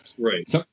right